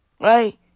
right